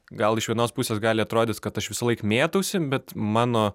gal iš vienos pusės gali atrodyt kad aš visąlaik mėtausi bet mano